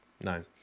No